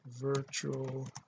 virtual